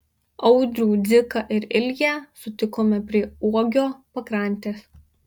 audrių dziką ir ilją sutikome prie uogio pakrantės